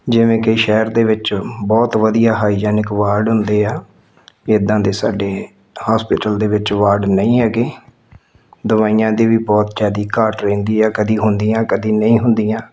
ਜਿਵੇਂ ਕਿ ਸ਼ਹਿਰ ਦੇ ਵਿੱਚ ਬਹੁਤ ਵਧੀਆ ਹਾਈਜੈਨਿਕ ਵਾਰਡ ਹੁੰਦੇ ਆ ਇੱਦਾਂ ਦੇ ਸਾਡੇ ਹੋਸਪਿਟਲ ਦੇ ਵਿੱਚ ਵਾਰਡ ਨਹੀਂ ਹੈਗੇ ਦਵਾਈਆਂ ਦੀ ਵੀ ਬਹੁਤ ਜ਼ਿਆਦਾ ਘਾਟ ਰਹਿੰਦੀ ਹੈ ਕਦੀ ਹੁੰਦੀਆਂ ਕਦੀ ਨਹੀਂ ਹੁੰਦੀਆਂ